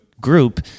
group